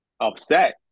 upset